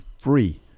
free